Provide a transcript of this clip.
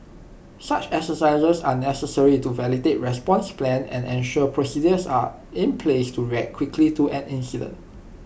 such exercises are necessary to validate response plans and ensure procedures are in place to react quickly to an incident